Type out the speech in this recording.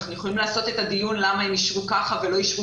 אנחנו יכולים לקיים דיון למה הם אישרו כך ולא אישרו